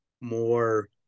more